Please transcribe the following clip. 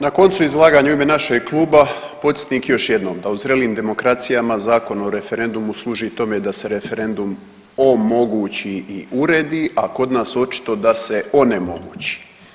Na koncu izlaganja u ime našeg kluba podsjetnik još jednom da u zrelijim demokracijama Zakon o referendumu služi tome da se referendum omogući i uredi, a kod nas očito da se onemogući.